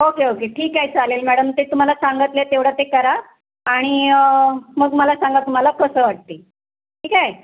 okay okay ठीक आहे चालेल मॅडम ते तुम्हाला सांगितलं आहे तेवढं ते करा आणि मग मला सांगा तुम्हाला कसं वाटते ठीक आहे